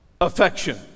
affection